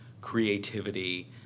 creativity